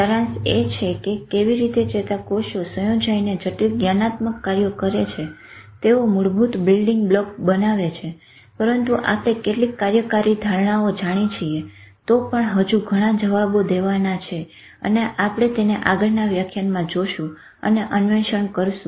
સારાંશ એ છે કે કેવી રીતે ચેતાકોષો સંયોજાઈને જટિલ જ્ઞાનાત્મક કાર્યો કરે છે તેઓ મૂળભૂત બિલ્ડિંગ બ્લોક બનાવે છે પરંતુ આપણે કેટલીક કાર્યકારી ધારણાઓ જાણી છીએ તો પણ હજુ ઘણા જવાબો દેવાના છે અને આપણે તેને આગળના વ્યાખ્યાનોમાં જોશું અને અન્વેષણ કરશું